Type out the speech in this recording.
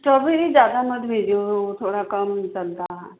strawberry ज़्यादा मत भेजो वो थोड़ा कम चलता है